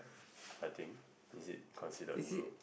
I think is it considered ulu